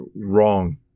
wrong